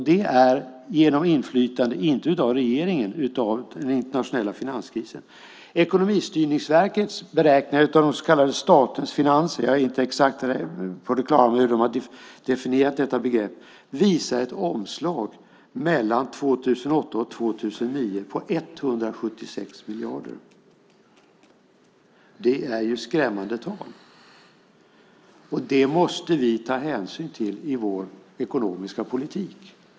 Det beror inte på regeringen utan på den internationella finanskrisen. Ekonomistyrningsverkets beräkningar av de så kallade statens finanser, jag är inte på det klara med hur de har definierat detta begrepp, visar ett omslag mellan 2008 och 2009 på 176 miljarder. Det är skrämmande tal. Det måste vi ta hänsyn till i vår ekonomiska politik.